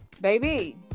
baby